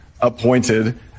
appointed